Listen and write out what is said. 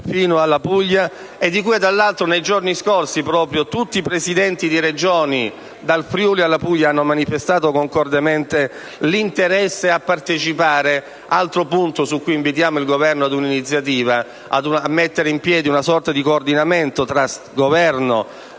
fino alla Puglia. Tra l'altro nei giorni scorsi proprio tutti i presidenti di Regione, dal Friuli-Venezia Giulia alla Puglia, hanno manifestato concordemente l'interesse a partecipare (altro punto su cui invitiamo il Governo ad un'iniziativa, a mettere in piedi una sorta di coordinamento tra il Governo,